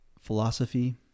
philosophy